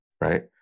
right